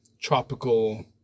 tropical